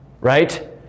Right